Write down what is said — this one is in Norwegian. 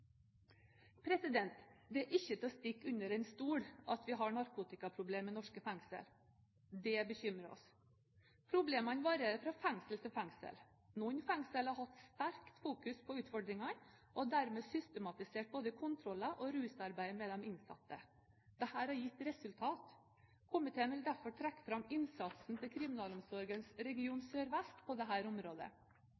Det er ikke til å stikke under stol at vi har et narkotikaproblem i norske fengsler. Det bekymrer oss. Problemene varierer fra fengsel til fengsel. Noen fengsler har fokusert sterkt på utfordringene og har dermed systematisert både kontroller og rusarbeidet med de innsatte. Dette har gitt resultater. Komiteen vil derfor trekke fram innsatsen til Kriminalomsorgen region